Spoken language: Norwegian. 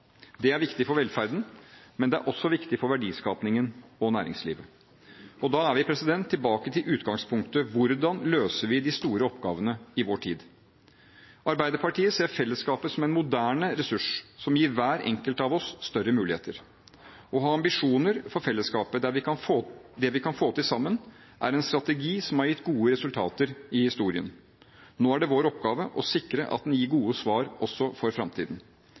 Det er viktig for velferden, men det er også viktig for verdiskapingen og næringslivet. Da er vi tilbake til utgangspunktet: Hvordan løser vi de store oppgavene i vår tid? Arbeiderpartiet ser fellesskapet som en moderne ressurs, som gir hver enkelt av oss større muligheter. Å ha ambisjoner for fellesskapet, det vi kan få til sammen, er en strategi som har gitt gode resultater i historien. Nå er det vår oppgave å sikre at den strategien gir gode svar også for